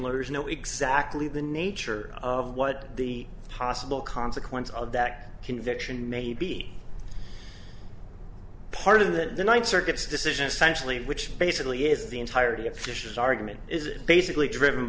lawyers know exactly the nature of what the possible consequences of that conviction may be part of that the ninth circuit's decision essentially which basically is the entirety of the fishes argument is basically driven